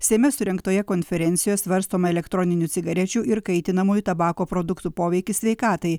seime surengtoje konferencijoje svarstoma elektroninių cigarečių ir kaitinamojo tabako produktų poveikis sveikatai